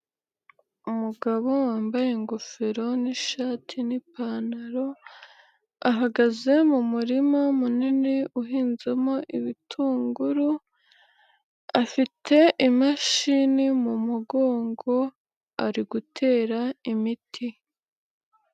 Umugabo wambaye ingofero n'ishati n'ipantaro ahagaze mu murima munini uhinzemo ibitunguru afite imashini mu mugongo ari gutera imiti.